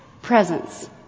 presence